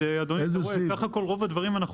אדוני, בסך הכל עם רוב הדברים אנחנו